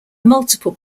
multiple